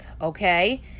okay